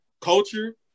culture